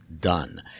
done